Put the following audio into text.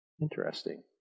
Interesting